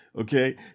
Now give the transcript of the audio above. Okay